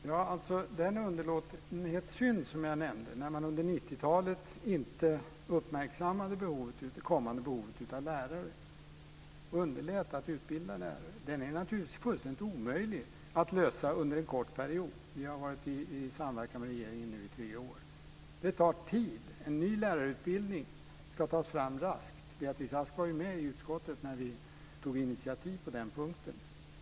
Fru talman! Det förhållandet som jag nämnde, att man under 90-talet inte uppmärksammade det kommande behovet av lärare och underlät att utbilda lärare, är naturligtvis fullständigt omöjligt att komma till rätta med under en kort period. Vi har nu samverkat med regeringen i tre år. Det tar tid. En ny lärarutbildning ska tas fram raskt. Beatrice Ask var ju med i utskottet när vi tog initiativ på den punkten.